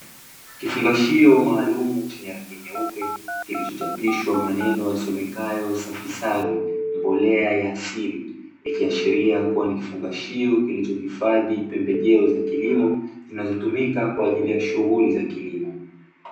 Kifungashio maalumu chenye rangi nyeupe kilichochapishwa maneno yasomekayo "Safi savi mbolea ya asili", ikiashiria kuwa ni kifungashio kilichohifadhi pembejeo za kilimo zinazotumika kwa ajili ya shughuli za kilimo.